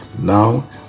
now